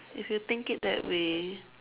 if you think it that way